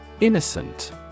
Innocent